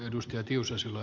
arvoisa puhemies